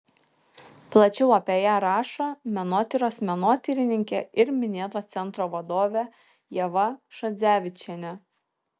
plačiau apie ją rašo menotyros menotyrininkė ir minėto centro vadovė ieva šadzevičienė